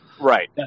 right